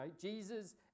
Jesus